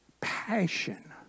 passion